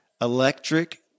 electric